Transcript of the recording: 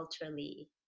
culturally